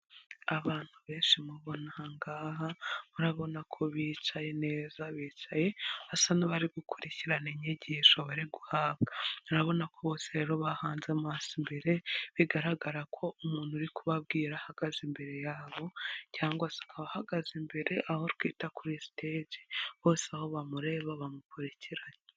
Abantu benshi mubona aha ngaha, murabona ko bicaye neza, bicaye basa n'abari gukurikirana inyigisho bari guhabwa murabona ko bose rero bahanze amaso imbere, bigaragara ko umuntu uri kubabwira ahagaze imbere yabo, cyangwa se akaba ahagaze imbere aho twita kuri siteji, bose aho bamureba bamukurikiranye.